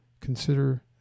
Consider